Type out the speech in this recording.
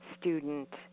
student